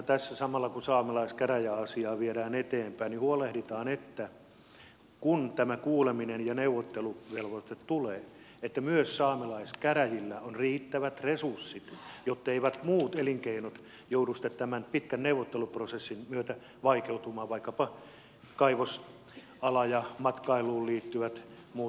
tässä samalla kun saamelaiskäräjäasiaa viedään eteenpäin kuinka huolehditaan että kun tämä kuuleminen ja neuvotteluvelvoite tulee myös saamelaiskäräjillä on riittävät resurssit jotteivät muut elinkeinot joudu sitten tämän pitkän neuvotteluprosessin myötä vaikeutumaan vaikkapa kaivosala ja matkailuun liittyvät muut mahdollisuudet